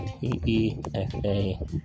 T-E-F-A